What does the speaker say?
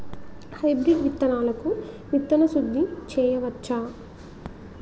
Hybrid విత్తనాలకు విత్తన శుద్ది చేయవచ్చ?